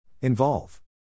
Involve